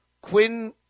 Quinn